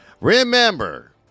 Remember